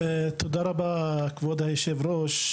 תודה רבה, כבוד היושב-ראש.